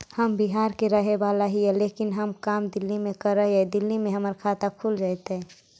हम बिहार के रहेवाला हिय लेकिन हम काम दिल्ली में कर हिय, दिल्ली में हमर खाता खुल जैतै?